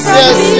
yes